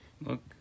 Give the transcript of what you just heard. Look